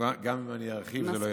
גם אם אני ארחיב זה לא יעזור.